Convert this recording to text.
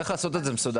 צריך לעשות את זה מסודר,